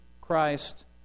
Christ